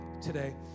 today